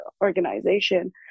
organization